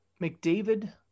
mcdavid